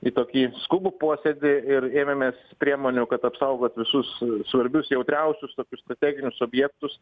į tokį skubų posėdį ir ėmėmės priemonių kad apsaugot visus svarbius jautriausius tokius strateginius objektus